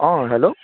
অঁ হেল্ল'